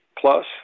plus